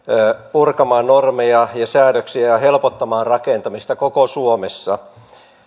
purkamaan normeja ja säädöksiä ja ja helpottamaan rakentamista koko suomessa